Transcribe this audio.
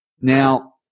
Now